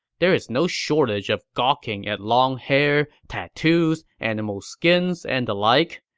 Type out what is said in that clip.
there's no shortage of gawking at long hair, tattoos, animal skins, and the like.